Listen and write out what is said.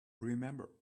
remember